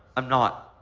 i'm not.